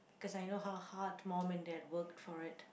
because I know how hard mum and dad work for it